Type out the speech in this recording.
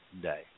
day